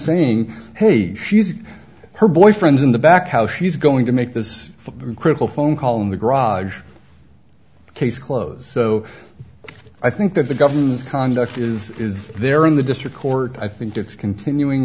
saying hey she's her boyfriends in the back how she's going to make this critical phone call in the garage case closed so i think that the government's conduct is is there in the district court i think it's continuing